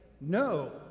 No